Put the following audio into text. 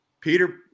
Peter